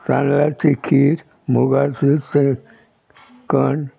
तांदळाची खीर मुगाचें तें कण